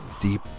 deep